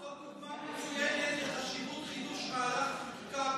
זו דוגמה מצוינת לחשיבות חידוש מערך חקיקה פרטי,